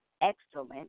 excellent